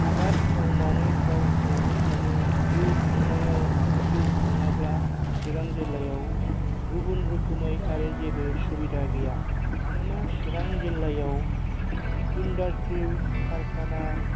आबाद मावनानै गावखौ मानो जिउ खांनायाव जिउ खाङाब्ला चिरां जिल्लायाव गुबुन रोखोमै आरो जेबो सुबिदा गैया मानोना चिरां जिल्लायाव इन्डासट्रि कारकाना